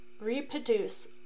reproduce